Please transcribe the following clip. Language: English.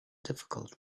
difficult